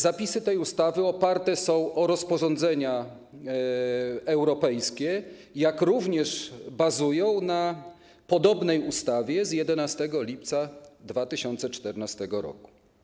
Zapisy tej ustawy oparte są o rozporządzenia europejskie, jak również bazują na podobnej ustawie z 11 lipca 2014 r.